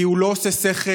כי הוא לא עושה שכל,